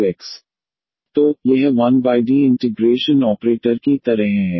तो यह 1D integration operator की तरह है